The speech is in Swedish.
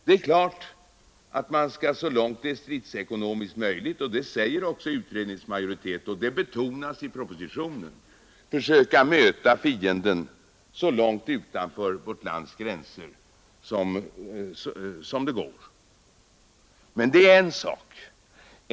Det är klart att man så långt det är stridsekonomiskt möjligt — det säger också utredningsmajoriteten, och det betonas i propositionen — skall försöka möta fienden så långt utanför vårt lands gränser som det går. Men det är en sak.